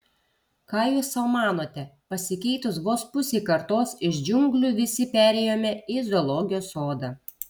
ką jūs sau manote pasikeitus vos pusei kartos iš džiunglių visi perėjome į zoologijos sodą